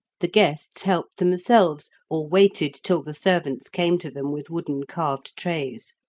the guests helped themselves, or waited till the servants came to them with wooden carved trays.